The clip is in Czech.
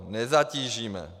Nezatížíme!